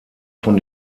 von